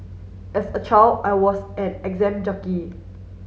as a child I was an exam junkie